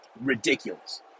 ridiculous